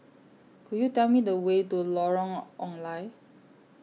Could YOU Tell Me The Way to Lorong Ong Lye